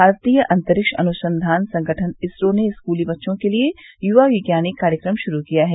भारतीय अंतरिक्ष अनुसंधान संगठन इसरो ने स्कूली बच्चों के लिए युवा विज्ञानी कार्यक्रम शुरू किया है